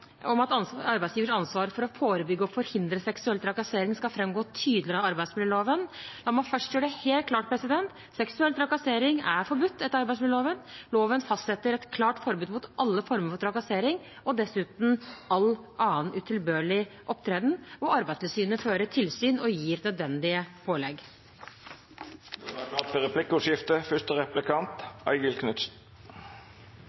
at arbeidsgivers ansvar for å forebygge og forhindre seksuell trakassering skal framgå tydeligere av arbeidsmiljøloven. La meg først gjøre det helt klart: Seksuell trakassering er forbudt etter arbeidsmiljøloven. Loven fastsetter et klart forbud mot alle former for trakassering og dessuten all annen utilbørlig opptreden. Arbeidstilsynet fører tilsyn og gir nødvendige pålegg. Det vert replikkordskifte. Regjeringspartiene skriver i komitéinnstillingen, og statsråden gjentok det her, at seksuell trakassering er